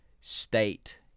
state